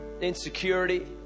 insecurity